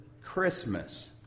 Christmas